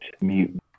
mute